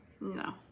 No